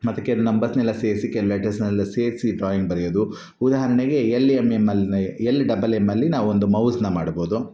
ಮತ್ತು ಕೆಲವು ನಂಬರ್ಸ್ನೆಲ್ಲ ಸೇರಿಸಿ ಕೆಲವು ಲೆಟರ್ಸ್ನೆಲ್ಲ ಸೇರಿಸಿ ಡ್ರಾಯಿಂಗ್ ಬರಿಯೋದು ಉದಾಹರಣೆಗೆ ಎಲ್ ಎಮ್ ಎಮ್ ಎಲ್ ನ ಎಲ್ ಡಬಲ್ ಎಮ್ ಅಲ್ಲಿ ನಾವು ಒಂದು ಮೌಸ್ನ ಮಾಡ್ಬೋದು